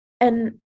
And-